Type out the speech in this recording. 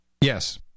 Yes